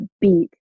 beat